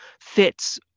fits